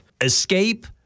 escape